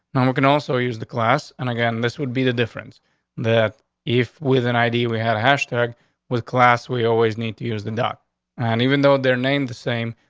and um we can also use the class and again this would be the difference that if, with an i d we have a hashtag with class. we always need to use the duck on and even though there named the same.